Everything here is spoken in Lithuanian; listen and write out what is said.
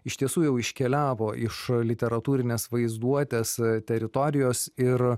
iš tiesų jau iškeliavo iš literatūrinės vaizduotės teritorijos ir